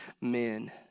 men